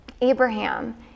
Abraham